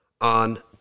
on